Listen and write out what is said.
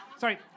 Sorry